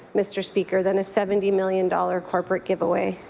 mr. speaker, than the seventy million-dollar corporate giveaway.